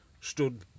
Stood